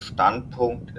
standpunkt